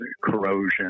corrosion